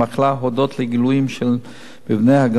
הודות לגילויים של מבנה הגנום,